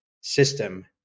system